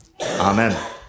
Amen